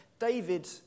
David